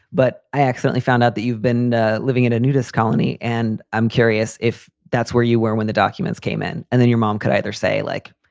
but i accidentally found out that you've been living in a nudist colony. and i'm curious if that's where you were when the documents came in and then your mom could either say like.